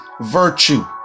virtue